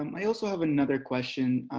um i also have another question.